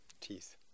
teeth